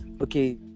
okay